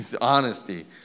Honesty